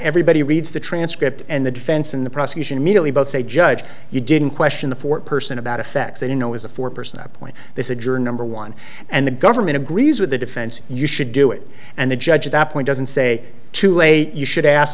everybody reads the transcript and the defense in the prosecution immediately both say judge you didn't question the fourth person about effects that you know is the foreperson that point this adjourn number one and the government agrees with the defense you should do it and the judge at that point doesn't say too late you should ask